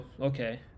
okay